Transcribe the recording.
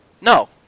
No